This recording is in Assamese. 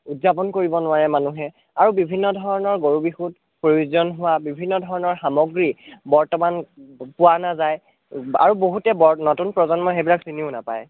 উদযাপন কৰিব নোৱাৰে মানুহে আৰু বিভিন্ন ধৰণৰ গৰু বিহুত প্ৰয়োজন হোৱা বিভিন্ন ধৰণৰ সামগ্ৰী বৰ্তমান পোৱা নাযায় আৰু বহুতে নতুন প্ৰজন্মই সেইবিলাক চিনিও নেপায়